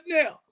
else